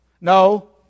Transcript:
No